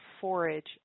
forage